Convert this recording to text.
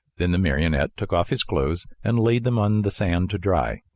then the marionette took off his clothes and laid them on the sand to dry.